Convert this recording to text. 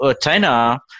China